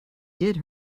did